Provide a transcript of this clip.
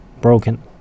broken